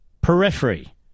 Periphery